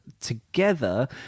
together